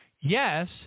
Yes